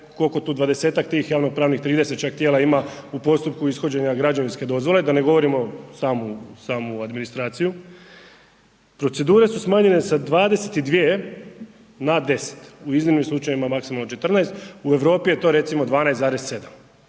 koliko tu, dvadesetak tih javnopravnih, 30 čak tijela ima u postupku ishođenja građevinske dozvole, da ne govorimo samu administraciju. Procedure su smanjene sa 22 na 10. u iznimnim slučajevima, maksimalno 14. U Europi je to, recimo, 12,7.